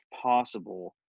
possible